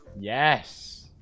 yes